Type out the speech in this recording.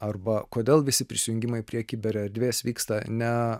arba kodėl visi prisijungimai prie kiber erdvės vyksta ne